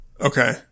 Okay